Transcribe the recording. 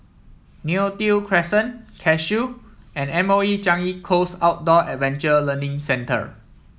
Neo Tiew Crescent Cashew and M O E Changi Coast Outdoor Adventure Learning Centre